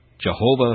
Jehovah